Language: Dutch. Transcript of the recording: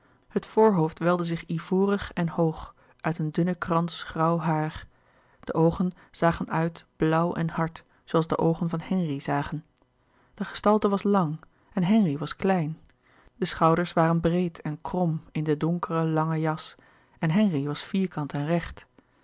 het voorhoofd welfde zich ivorig en hoog uit een dunnen krans grauw haar de oogen zagen uit blauw en hard zooals de oogen van henri zagen de gestalte was lang en henri was klein de schouders waren breed en krom in de donkere lange jas en henri was vierkant en recht